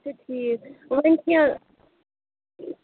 اچھا ٹھیٖک وۄنۍ کیٚنہہ